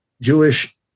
Jewish